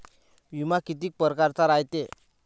बिमा कितीक परकारचा रायते?